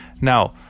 now